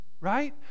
right